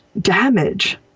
damage